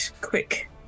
quick